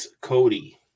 Cody